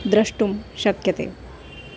द्रष्टुं शक्यते